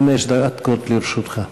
חמש דקות לרשותך.